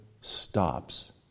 stops